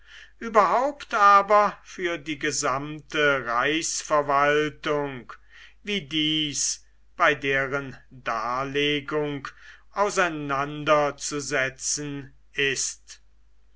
überhaupt aber für die gesamte reichsverwaltung wie dies bei deren darlegung auseinanderzusetzen ist